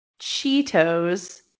Cheetos